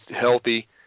healthy